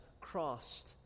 crossed